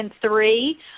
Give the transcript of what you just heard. three